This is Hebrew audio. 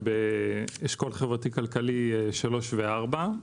הם אשכול חברתי-כלכלי 3 ו-4.